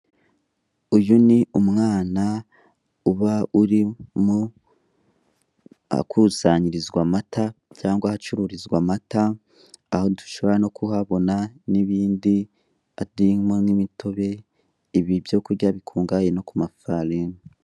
Uyu ni umwana uba uri mu ahakusanyirizwa amata cyangwa ahacururizwa amata, aho dushobora no kuhabona n'ibindi harimo n'imitobe ibi byo kurya bikungahaye no ku mafari.